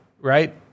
right